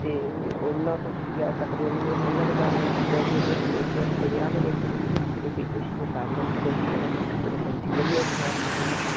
ਅਤੇ ਉਨ੍ਹਾਂ ਤੋਂ ਤੁਸੀਂ ਲੈ ਸਕਦੇ ਉਨ ਦੇ ਉਨ੍ਹਾਂ ਦੇ ਗਾਰਮੈਂਟਸ ਵੀ ਬਹੁਤ ਵਧੀਆ ਹੁੰਦੇ ਅਸੀਂ ਆਪਣੇ ਵਿਆਹ ਵਾਲੇ ਵੀ ਉੱਥੋਂ ਹੀ ਕੱਪੜੇ ਖਰੀਦੇ ਸੀਗੇ ਸਾਰੇ ਅੰਟੀ ਬੰਟੀ ਵਾਲਿਆਂ ਤੋਂ ਕੱਪੜੇ ਲਏ ਸੀ ਵਧੀਆ ਸੀ ਗਾਰਮੈਂਟ ਉਨ੍ਹਾਂ ਦੇ